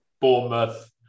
Bournemouth